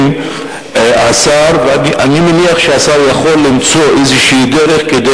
אני מניח שהשר יכול למצוא איזו דרך כדי